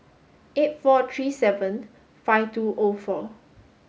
eight four three seven five two O four